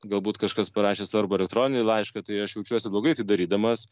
galbūt kažkas parašė svarbų elektroninį laišką tai aš jaučiuosi blogai tai darydamas